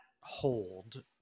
hold